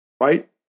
Right